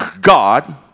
God